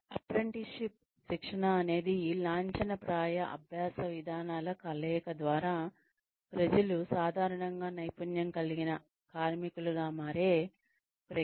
apprenticeship శిక్షణ అనేది లాంఛనప్రాయ అభ్యాస విధానాల కలయిక ద్వారా ప్రజలు సాధారణంగా నైపుణ్యం కలిగిన కార్మికులుగా మారే ప్రక్రియ